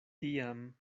tiam